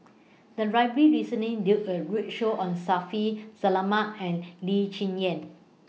The Library recently did A roadshow on Shaffiq Selamat and Lee Cheng Yan